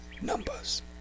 numbers